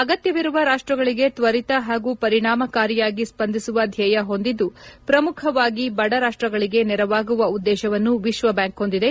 ಅಗತ್ಯವಿರುವ ರಾಷ್ಟಗಳಿಗೆ ತ್ವರಿತ ಹಾಗೂ ಪರಿಣಾಮಕಾರಿಯಾಗಿ ಸ್ಪಂದಿಸುವ ಧ್ಯೇಯ ಹೊಂದಿದ್ದು ಪ್ರಮುಖವಾಗಿ ಬಡ ರಾಷ್ಟಗಳಿಗೆ ನೆರವಾಗುವ ಉದ್ದೇಶವನ್ನು ವಿಶ್ವಬ್ಯಾಂಕ್ ಹೊಂದಿದೆ